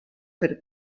per